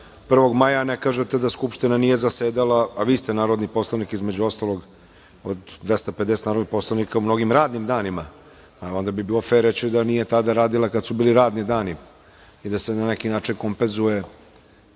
1. maja, a ne kažete da Skupština nije zasedala, a vi ste narodni poslanik, između ostalog, od 250 narodnih poslanika, u mnogim radnim danima? Bilo bi valjda fer reći da nije tada radila, kada su bili radni dani i da se na neki način kompenzuje